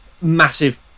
massive